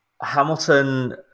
Hamilton